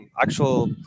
actual